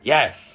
Yes